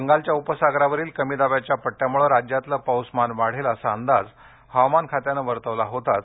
बंगालच्या उपसागरावरील कमीदाबाच्या पड्यामुळे राज्यातलं पाऊसमान वाढेल असा अंदाज हवामान खात्यानं वर्तवला होताच